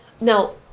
now